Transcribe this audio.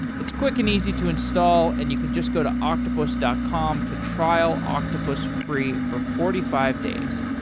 it's quick and easy to install, and you can just go to octopus dot com to trial octopus free for forty five days.